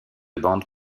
bande